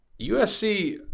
USC